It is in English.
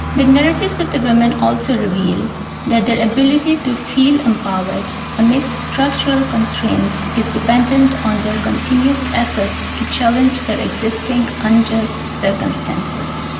the narratives of the women also reveal that their ability to feel empowered amid structural constraints is dependent on their continuous efforts to challenge their existing unjust circumstances.